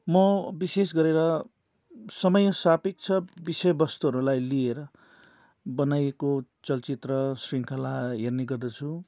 म विशेष गरेर समयसापेक्ष विषयवस्तुहरूलाई लिएर बनाइएको चलचित्र श्रृङ्खला हेर्ने गर्दछु